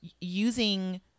using